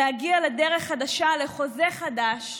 להגיע לדרך חדשה, לחוזה חדש,